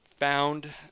Found